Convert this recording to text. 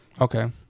okay